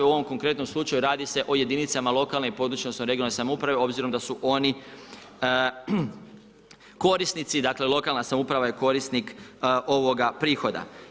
U ovom konkretnom slučaju radi se o jedinicama lokalne i područne odnosno regionalne samouprave obzirom da su oni korisnici, dakle lokalna samouprava je korisnik ovoga prihoda.